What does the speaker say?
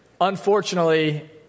unfortunately